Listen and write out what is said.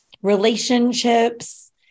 relationships